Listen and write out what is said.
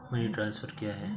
Money transfer क्या है?